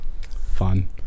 Fun